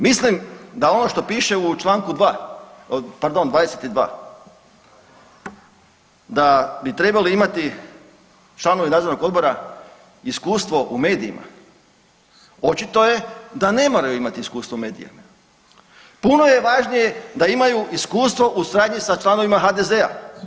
Mislim da ono što piše u Članku 2., pardon 22. da bi trebali imati članovi nadzornog odbora iskustvo u medijima očito je da ne moraju imati iskustvo u medijima, puno je važnije da imaju iskustvo u suradnji sa članovima HDZ-a.